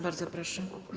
Bardzo proszę.